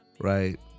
Right